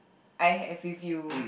I have with you